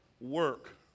work